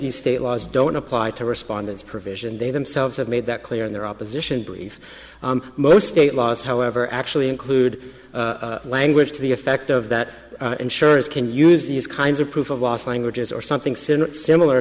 the state laws don't apply to respondents provision they themselves have made that clear in their opposition brief most state laws however actually include language to the effect of that insurers can use these kinds of proof of loss languages or something similar similar